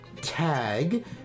tag